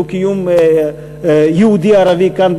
דו-קיום יהודי-ערבי כאן,